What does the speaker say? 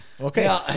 Okay